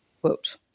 quote